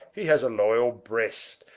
he ha's a loyall brest,